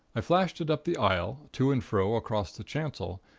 i flashed it up the aisle, to and fro across the chancel,